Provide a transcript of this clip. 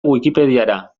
wikipediara